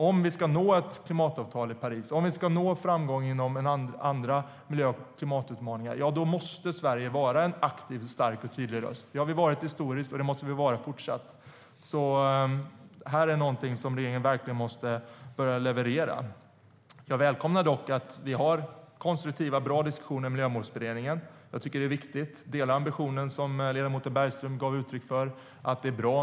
Om vi ska nå ett klimatavtal i Paris, om vi ska nå framgång inom andra miljö och klimatutmaningar måste Sverige vara en aktiv, stark och tydlig röst. Det har vi varit historiskt sett, och det måste vi vara i fortsättningen. Här måste regeringen verkligen börja leverera. Jag välkomnar dock att vi har konstruktiva och bra diskussioner i Miljömålsberedningen. Det är viktigt. Det som ledamoten Bergström gav uttryck för är viktigt, och jag delar den ambitionen.